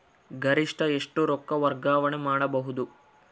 ಗರಿಷ್ಠ ಎಷ್ಟು ರೊಕ್ಕ ವರ್ಗಾವಣೆ ಮಾಡಬಹುದು?